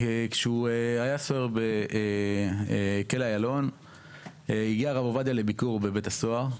כשהוא היה סוהר בכלא איילון הגיע הרב עובדיה לביקור בבית הסוהר,